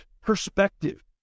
perspective